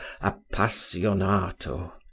appassionato